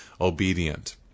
obedient